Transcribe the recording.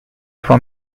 for